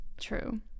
True